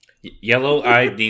Yellow-eyed